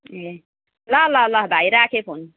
ए ल ल ल भाइ राखेँ फोन